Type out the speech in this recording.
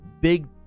big